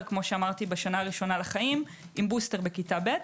בשנה הראשונה לחיים עם בוסטר בכיתה ב'.